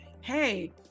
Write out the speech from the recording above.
hey